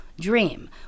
dream